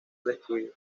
destruido